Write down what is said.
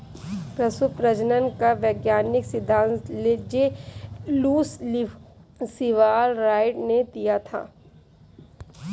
पशु प्रजनन का वैज्ञानिक सिद्धांत जे लुश सीवाल राइट ने दिया था